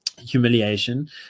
humiliation